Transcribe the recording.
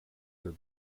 der